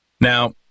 Now